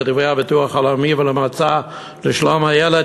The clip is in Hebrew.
לדברי הביטוח הלאומי והמועצה לשלום הילד,